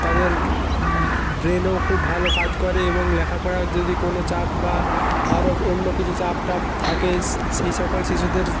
তাদের ব্রেনও খুব ভালো কাজ করে এবং লেখা পড়া যদি কোনো চাপ বা আরও অন্য কিছু চাপ টাপ থাকে সেই সকল শিশুদের